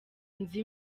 nzu